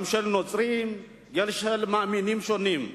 גם של נוצרים, גם של מאמינים שונים.